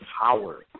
power